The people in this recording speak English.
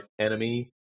enemy